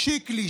שיקלי,